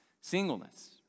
singleness